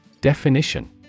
Definition